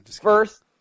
First